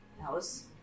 house